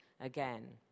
again